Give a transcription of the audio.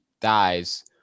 dies